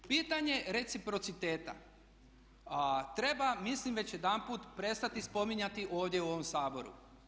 Pitanje reciprociteta treba mislim već jedanput prestati spominjati ovdje u ovom Saboru.